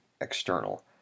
external